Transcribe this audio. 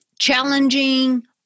challenging